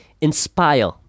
Inspire